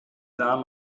sah